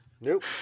Nope